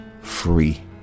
free